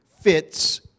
fits